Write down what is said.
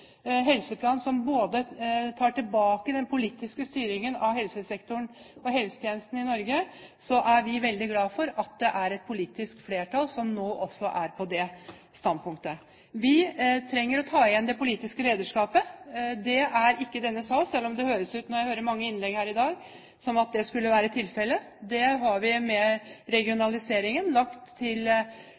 helseplan som tar tilbake den politiske styringen av både helsesektoren og helsetjenesten i Norge, er vi veldig glad for at det er politisk flertall også for det standpunktet. Vi trenger å ta tilbake det politiske lederskapet. Det er ikke i denne sal, selv om det høres slik ut i mange innlegg jeg har hørt her i dag. Det har vi med regionaliseringen lagt til